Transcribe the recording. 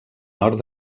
nord